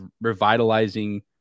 revitalizing